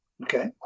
Okay